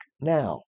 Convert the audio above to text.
now